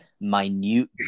minute